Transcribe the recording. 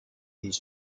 his